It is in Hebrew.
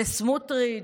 לסמוטריץ'?